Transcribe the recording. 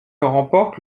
remporte